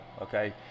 Okay